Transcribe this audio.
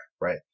right